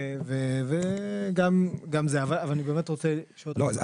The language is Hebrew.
אבל אני באמת רוצה לשאול אותך --- לא,